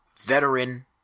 veteran